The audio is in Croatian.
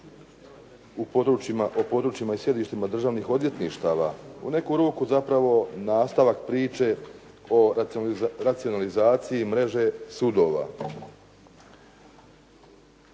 o područjima i sjedištima državnih odvjetništava u neku ruku zapravo nastavak priče o racionalizaciji mreže sudova.